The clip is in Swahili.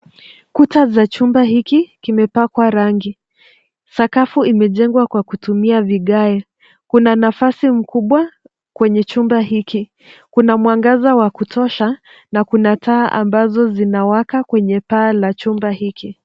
Kuta za chumba hiki kimepakwa rangi. Sakafu imejengwa kwa kutumia vigae. Kuna nafasi mkubwa kwenye chumba hiki. Kuna mwangaza wa kutosha na kuna taa ambazo zinawaka kwenye paa la chumba hiki.